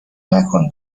نکن